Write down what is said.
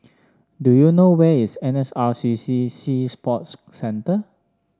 do you know where is N S R C C Sea Sports Centre